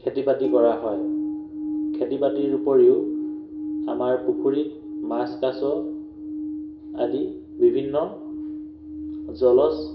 খেতি বাতি কৰা হয় খেতি বাতিৰ উপৰিও আমাৰ পুখুৰীত মাছ কাছ আদি বিভিন্ন জলজ